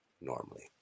normally